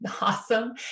Awesome